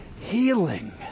healing